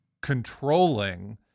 controlling